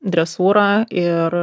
dresūra ir